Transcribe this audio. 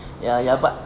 ya ya but